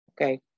Okay